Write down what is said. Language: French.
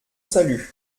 salut